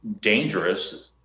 dangerous